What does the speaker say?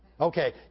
Okay